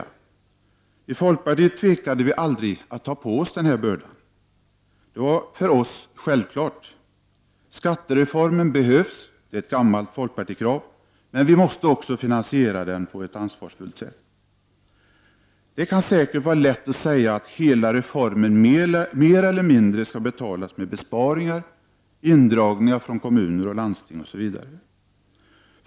Men vi i folkpartiet tvekade aldrig inför den här bördan. För oss var det en självklarhet att skattereformen behövdes — det är för övrigt ett gammalt folkpartikrav att en skattereform skall genomföras. Men den måste också finansieras på ett ansvarsfullt sätt. Det kan vara lätt att säga att reformen mer eller mindre skall finansieras genom besparingar, indragningar från kommuner och landsting osv.